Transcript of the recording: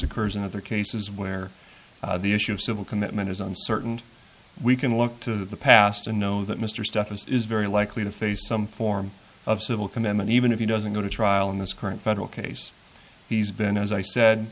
occurs in other cases where the issue of civil commitment is uncertain we can look to the past and know that mr stephens is very likely to face some form of civil commitment even if he doesn't go to trial in this current federal case he's been as i said